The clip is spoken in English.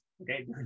okay